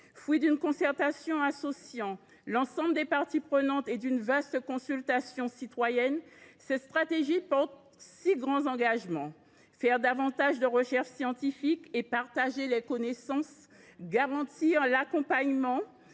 Fruit d’une concertation associant l’ensemble des parties prenantes à une vaste consultation citoyenne, cette stratégie doit traduire six grands engagements : développer davantage la recherche scientifique et partager les connaissances ; garantir l’accompagnement